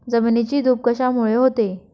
जमिनीची धूप कशामुळे होते?